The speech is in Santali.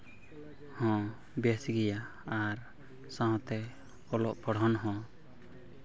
ᱦᱮᱸ ᱵᱮᱥ ᱜᱮᱭᱟ ᱟᱨ ᱥᱟᱶᱛᱮ ᱚᱞᱚᱜ ᱯᱟᱲᱦᱟᱜ ᱦᱚᱸ